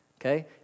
okay